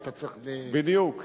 בדיוק.